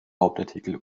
hauptartikel